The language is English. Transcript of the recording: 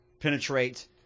penetrate